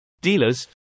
dealers